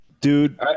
Dude